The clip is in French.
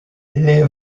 les